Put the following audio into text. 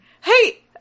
Hey